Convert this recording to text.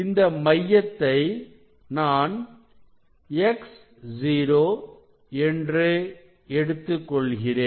இந்த மையத்தை நான் X0 என்று எடுத்துக் கொள்கிறேன்